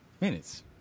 Minutes